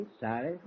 sorry